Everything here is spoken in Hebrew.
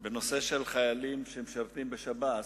בנושא של חיילים שמשרתים בשב"ס,